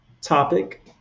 topic